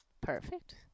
Perfect